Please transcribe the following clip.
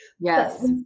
Yes